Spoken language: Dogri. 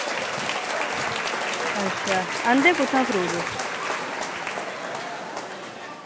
अच्छा आह्नदे कुत्थां फ्रूट तुस